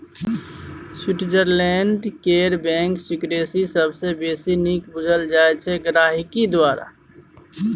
Switzerland केर bank secrecy सबसँ बेसी नीक बुझल जाइ छै गांहिकी द्वारा